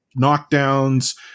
knockdowns